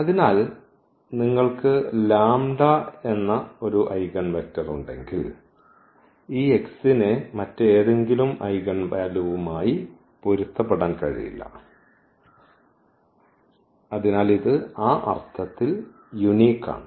അതിനാൽ നിങ്ങൾക്ക് ലാംഡ എന്ന് ഒരു ഐഗൻവെക്റ്റർ ഉണ്ടെങ്കിൽ ഈ x ന് മറ്റേതെങ്കിലും ഐഗൻ വാല്യൂവുമായി പൊരുത്തപ്പെടാൻ കഴിയില്ല അതിനാൽ ഇത് ആ അർത്ഥത്തിൽ യൂനിക് ആണ്